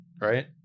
right